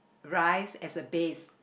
rice as a base